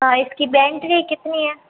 हाँ इसकी बैंट्री कितनी है